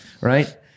right